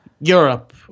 Europe